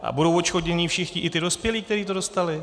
A budou odškodnění všichni, i ti dospělí, kteří to dostali.